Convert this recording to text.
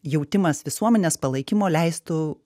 jautimas visuomenės palaikymo leistų